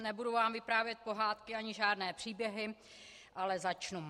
Nebudu vám vyprávět pohádky ani žádné příběhy, ale začnu.